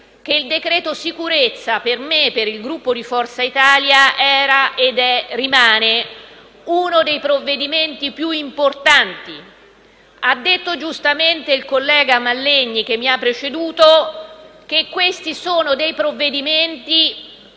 che il decreto-legge sicurezza, per me, per il Gruppo Forza Italia, era e rimane uno dei provvedimenti più importanti. Ha detto giustamente il collega Mallegni che mi ha preceduto che sono provvedimenti